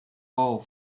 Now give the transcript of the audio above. all